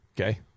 Okay